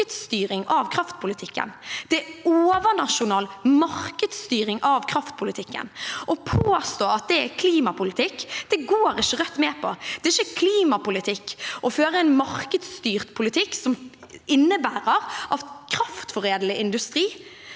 Det er overnasjonal markedsstyring av kraftpolitikken. Å påstå at det er klimapolitikk, går ikke Rødt med på. Det er ikke klimapolitikk å føre en markedsstyrt politikk som innebærer at kraftforedlende industri,